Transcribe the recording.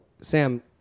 Sam